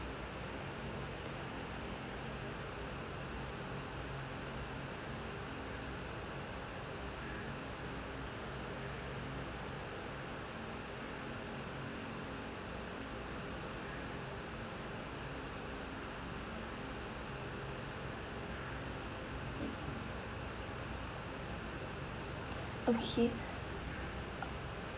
okay